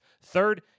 third